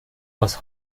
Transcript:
aus